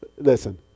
Listen